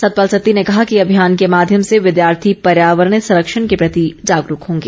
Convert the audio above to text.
सतपाल सत्ती ने कहा कि अभियान के माध्यम से विद्यार्थी पर्यावरण संरक्षण के प्रति जागरूक होंगे